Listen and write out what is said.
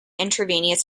intravenous